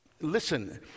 Listen